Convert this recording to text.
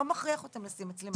לא מכריח אותם לשים מצלמות.